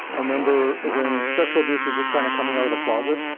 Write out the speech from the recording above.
remember when sexual abuse was just kind of coming out of the closet?